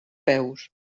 peus